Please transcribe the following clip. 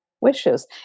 wishes